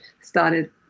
started